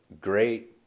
great